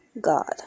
God